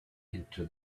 into